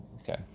Okay